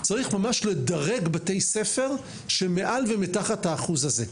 צריך ממש לדרג בתי ספר שמעל ומתחת האחוז הזה.